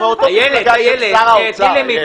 הוא מאותה מפלגה של שר האוצר.